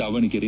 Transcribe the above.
Davanagere